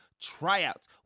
tryouts